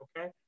Okay